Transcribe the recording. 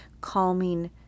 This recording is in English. calming